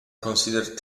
considered